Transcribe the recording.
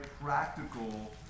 practical